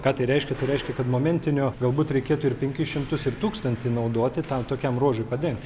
ką tai reiškia tai reiškia kad momentinio galbūt reikėtų ir penkis šimtus ir tūkstantį naudoti tam tokiam ruožui padengt